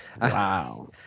wow